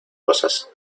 cosas